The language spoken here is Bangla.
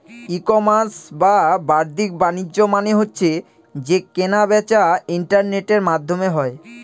ই কমার্স বা বাদ্দিক বাণিজ্য মানে হচ্ছে যে কেনা বেচা ইন্টারনেটের মাধ্যমে হয়